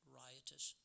riotous